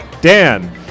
Dan